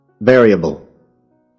variable